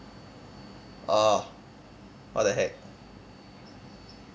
orh what the heck